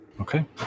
Okay